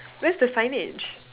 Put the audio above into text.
where's the signage